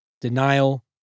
Denial